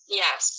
yes